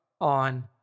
on